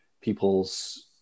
people's